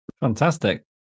Fantastic